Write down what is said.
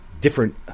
different